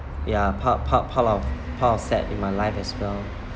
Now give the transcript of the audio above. ya pa~ pa~ pa~ of part of sad in my life as well